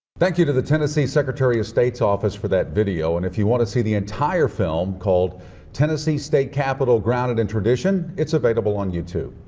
thank you to the tennessee secretary of state's office for that video. and if you want to see the entire film called tennessee state capitol grounded in tradition, it's available on youtube.